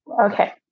Okay